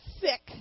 sick